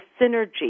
Synergy